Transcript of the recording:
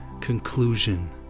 conclusion